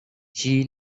she